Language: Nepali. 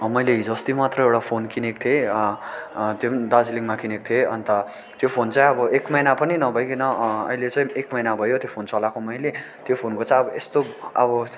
मैले हिजोअस्ति मात्र एउटा फोन किनेको थिएँ त्यो पनि दार्जिलिङमा किनेको थिएँ अन्त त्यो फोन चाहिँ अब एक महिना पनि नभइकन अहिले चाहिँ एक महिना भयो त्यो फोन चलाएको मैले त्यो फोनको चाहिँ यस्तो अब